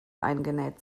eingenäht